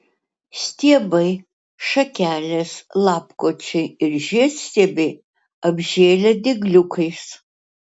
stiebai šakelės lapkočiai ir žiedstiebiai apžėlę dygliukais